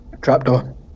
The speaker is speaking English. Trapdoor